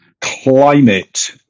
climate